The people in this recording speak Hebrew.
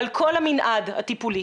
על כל המנעד הטיפולי.